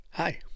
Hi